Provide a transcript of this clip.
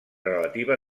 relativa